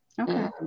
Okay